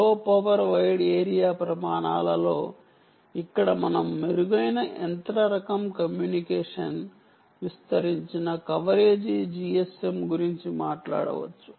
లో power wide area ప్రమాణాలలో ఇక్కడ మనం మెరుగైన యంత్ర రకం కమ్యూనికేషన్ విస్తరించిన కవరేజ్ GSM గురించి మాట్లాడవచ్చు